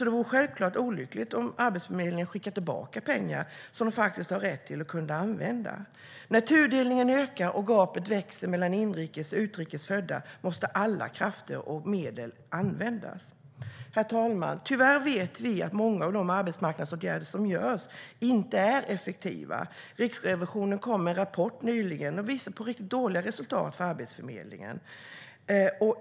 Det vore självklart olyckligt om Arbetsförmedlingen skickar tillbaka pengar som den har rätt till och kunde använda. När tudelningen ökar och gapet växer mellan inrikes och utrikes födda måste alla krafter och medel användas. Herr talman! Tyvärr vet vi att många av de arbetsmarknadsåtgärder som görs inte är effektiva. Riksrevisionen kom med en rapport nyligen som visade på riktigt dåliga resultat för Arbetsförmedlingen.